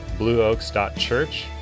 blueoaks.church